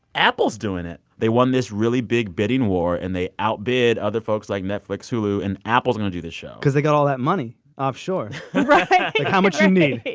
apple's doing it. they won this really big bidding war, and they outbid other folks like netflix, hulu. and apple's going to do the show because they got all that money offshore how much you need?